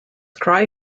cry